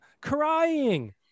crying